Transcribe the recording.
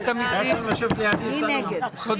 מי בעד אישור החוק, מי נגד, מי נמנע?